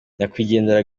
nyakwigendera